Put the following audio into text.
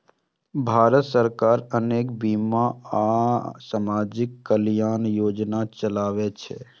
भारत सरकार अनेक बीमा आ सामाजिक कल्याण योजना चलाबै छै